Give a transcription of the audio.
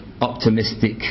optimistic